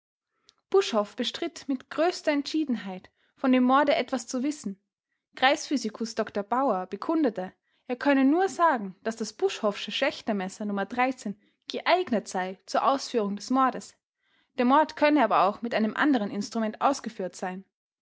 buschhoff bestritt mit größter entschiedenheit von dem morde etwas zu wissen kreisphysikus dr bauer bekundete er könne nur sagen daß das buschhoffsche schächtmesser nr geeignet sei zur ausführung des mordes der mord könne aber auch mit einem anderen instrument ausgeführt sein